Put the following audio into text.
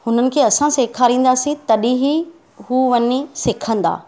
उन्हनि खे असां सेखारींदासीं तॾहिं ई हू वञी सिखंदा